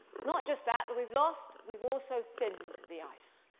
it's not just that that we've lost. we've also thinned the ice.